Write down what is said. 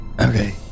okay